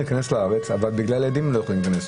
להיכנס לארץ אבל בגלל הילדים הם לא יכולים להיכנס.